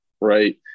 right